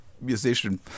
musician